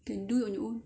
you do your own